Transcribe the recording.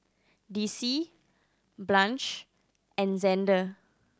Dicie Blanche and Xander